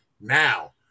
now